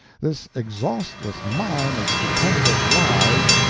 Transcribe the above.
this exhaustless mine of stupendous lies,